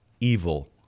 evil